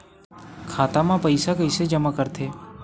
खाता म पईसा कइसे जमा करथे?